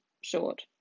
short